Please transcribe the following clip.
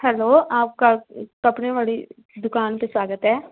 hello ਆਪਕਾ ਕੱਪੜੇ ਵਾਲੀ ਦੁਕਾਨ ਪੇ ਸਵਾਗਤ ਹੈ